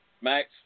Max